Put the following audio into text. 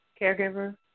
caregiver